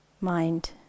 mind